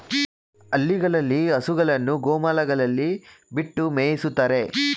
ಹಳ್ಳಿಗಳಲ್ಲಿ ಹಸುಗಳನ್ನು ಗೋಮಾಳಗಳಲ್ಲಿ ಬಿಟ್ಟು ಮೇಯಿಸುತ್ತಾರೆ